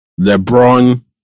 LeBron